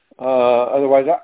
Otherwise